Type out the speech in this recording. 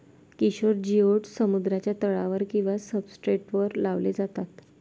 किशोर जिओड्स समुद्राच्या तळावर किंवा सब्सट्रेटवर लावले जातात